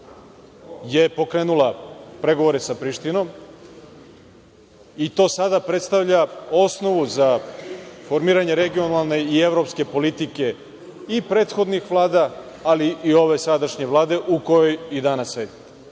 vi pokrenula pregovore sa Prištinom, i to sada predstavlja osnovu za formiranje regionalne i evropske politike i prethodnih vlada, ali i ove sadašnje Vlade u kojoj i danas